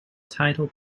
title